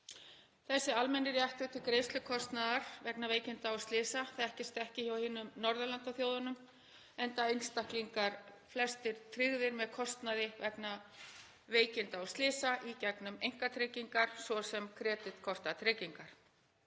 Þessi almenni réttur til greiðslu kostnaðar vegna veikinda og slysa þekkist ekki hjá hinum Norðurlandaþjóðunum enda einstaklingar flestir tryggðir við kostnaði vegna veikinda og slysa í gegnum einkatryggingar, svo sem kreditkortatryggingar.